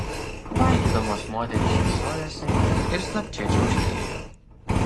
valgydamos moterys šypsojosi ir slapčia čiauškėjo